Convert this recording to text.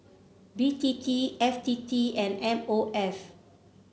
B T T F T T and M O F